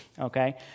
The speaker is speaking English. okay